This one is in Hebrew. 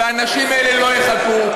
והאנשים האלה לא יחכו.